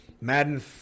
Madden